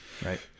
Right